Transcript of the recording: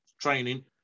training